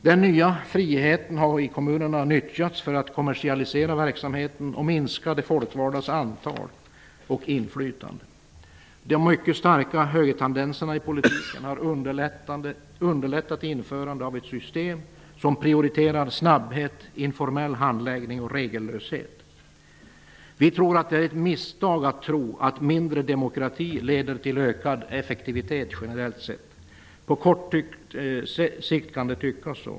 Den nya friheten har i kommunerna nyttjats för att kommersialisera verksamheten och minska de folkvaldas antal och inflytande. De mycket starka högertendenserna i politiken har underlättat införandet av ett system som prioriterar snabbhet, informell handläggning och regellöshet. Vi tror att det är ett misstag att tro att mindre demokrati leder till ökad effektivitet generellt sett. På kort sikt kan det tyckas så.